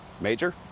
Major